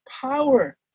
power